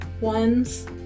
ones